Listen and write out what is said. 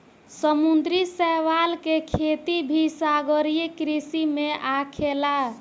समुंद्री शैवाल के खेती भी सागरीय कृषि में आखेला